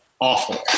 awful